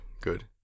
good